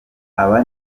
aba